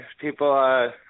people